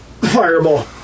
Fireball